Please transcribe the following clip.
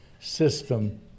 system